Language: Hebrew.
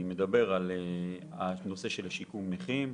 אני מדבר על הנושא של שיקום נכים,